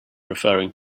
referring